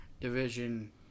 division